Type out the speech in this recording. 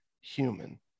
Human